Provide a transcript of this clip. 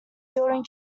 building